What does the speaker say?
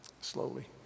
Slowly